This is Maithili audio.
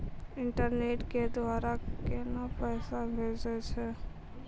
इंटरनेट के द्वारा केना पैसा भेजय छै?